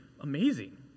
amazing